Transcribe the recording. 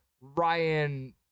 Ryan